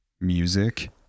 music